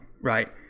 right